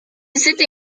city